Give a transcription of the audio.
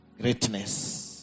greatness